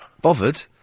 Bothered